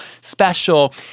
special